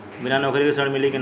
बिना नौकरी के ऋण मिली कि ना?